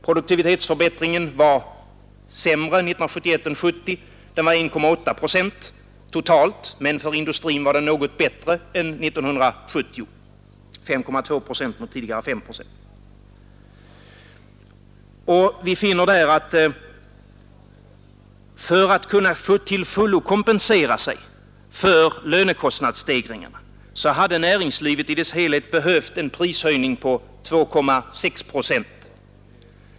Produktivitetsförbättringen var sämre 1971 än 1970: den var 1,8 procent totalt, men för industrin var den något bättre än 1970, nämligen 5,2 procent mot tidigare 5 procent. För att kunna till fullo kompensera sig för lönekostnadsstegringarna hade näringslivet i dess helhet behövt en prishöjning på 2,6 procent.